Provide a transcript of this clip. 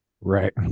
Right